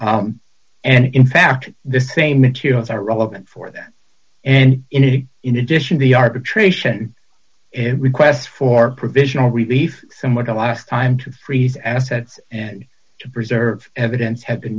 narrow and in fact the same materials are relevant for that and it is in addition the arbitration and requests for provisional relief somewhat the last time to freeze assets and to preserve evidence has been